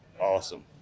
Awesome